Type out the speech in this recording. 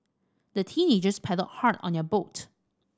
the teenagers paddled hard on your boat